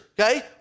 okay